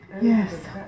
Yes